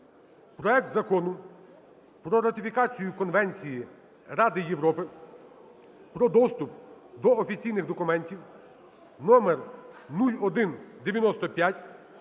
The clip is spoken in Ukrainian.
проект Закону про ратифікацію Конвенції Ради Європи про доступ до офіційних документів (№ 0195)